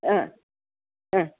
ആ ആ